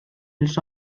els